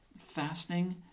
Fasting